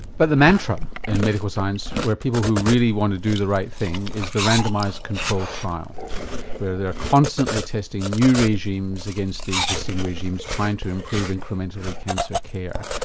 but the mantra in medical science where people who really want to do the right thing is the randomised controlled trial where they are constantly testing new regimes against the existing regimes trying to improve incrementally cancer care.